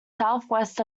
southwest